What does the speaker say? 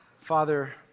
Father